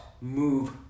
move